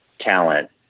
talent